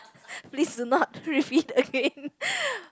please do not repeat again